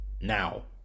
Now